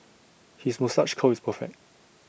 his moustache curl is perfect